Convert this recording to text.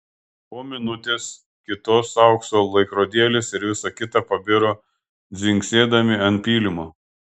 po minutės kitos aukso laikrodėlis ir visa kita pabiro dzingsėdami ant pylimo